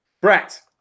Brett